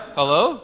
Hello